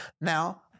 Now